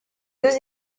deux